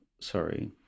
sorry